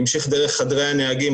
זה המשיך דרך חדרי הנהגים.